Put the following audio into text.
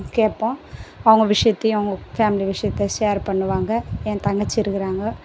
கேட்போம் அவங்க விஷயத்தையும் அவங்க ஃபேம்லி விஷியத்தை ஷேர் பண்ணுவாங்க என் தங்கச்சி இருக்கறாங்க